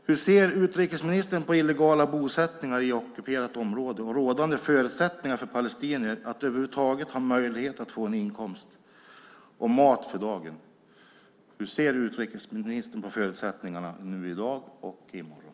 Hur ser utrikesministern på illegala bosättningar i ockuperat område och rådande förutsättningar för palestinier att över huvud taget ha möjlighet att få en inkomst och mat för dagen? Hur ser utrikesministern på förutsättningarna nu i dag och i morgon?